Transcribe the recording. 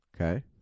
Okay